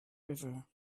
river